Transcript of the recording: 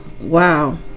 wow